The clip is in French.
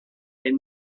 est